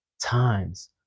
times